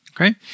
Okay